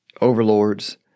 overlords